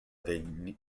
they